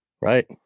Right